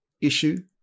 issue